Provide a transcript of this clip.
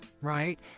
right